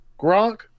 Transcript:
Gronk